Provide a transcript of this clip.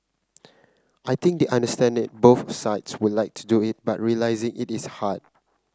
I think they understand it both sides would like to do it but realising it is hard